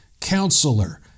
Counselor